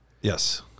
Yes